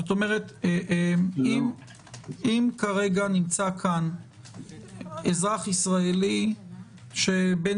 כלומר אם כרגע נמצא כאן אזרח ישראלי שבן